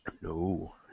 No